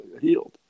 healed